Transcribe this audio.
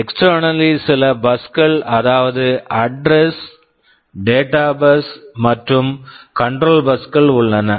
externally externally சில bus buses -கள் அதாவது address address data bus data bus மற்றும் கண்ட்ரோல் control பஸ் buses கள் உள்ளன